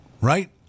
right